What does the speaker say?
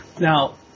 Now